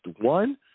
one